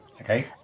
Okay